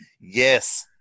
Yes